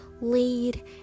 lead